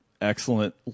excellent